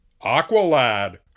Aqualad